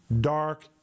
dark